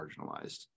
marginalized